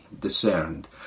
discerned